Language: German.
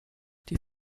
die